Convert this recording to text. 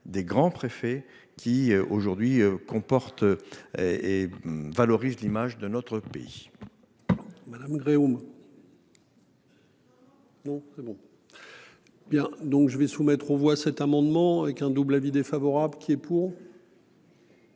des grands préfet qui aujourd'hui comporte. Et valorise l'image de notre pays. Madame Groux. Non c'est bon. Bien, donc je vais soumettre aux voix cet amendement avec un double avis défavorable qui est pour.